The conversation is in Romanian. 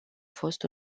fost